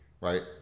right